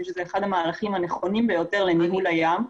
שזה אחד המערכים הנכונים ביותר לניהול הים.